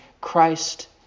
Christ